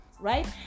Right